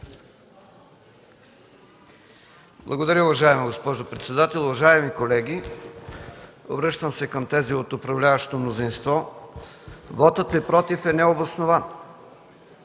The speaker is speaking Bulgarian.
Благодаря, уважаема госпожо председател. Уважаеми колеги, обръщам се към тези – от управляващото мнозинство, вотът „против” е необоснован